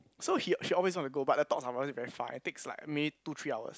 so he she always want to go but the talks are normally very far eh it takes like maybe two three hours